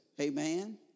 Amen